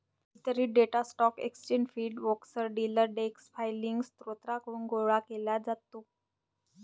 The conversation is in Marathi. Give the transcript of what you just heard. वितरित data stock exchange feed, brokers, dealer desk filing स्त्रोतांकडून गोळा केला जातो